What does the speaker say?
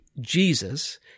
Jesus